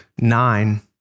nine